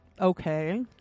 Okay